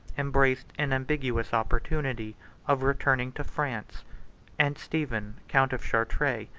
embraced an ambiguous opportunity of returning to france and stephen, count of chartres,